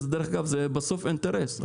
כי דרך אגב זה בסוף אינטרס.